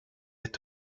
est